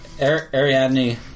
Ariadne